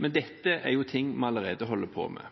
Men dette er jo ting vi allerede holder på med.